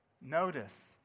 Notice